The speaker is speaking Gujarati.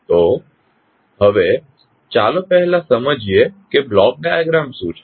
તો હવે ચાલો પહેલા સમજીએ કે બ્લોક ડાયાગ્રામ શું છે